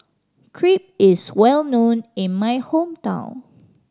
crepe is well known in my hometown